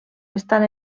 estan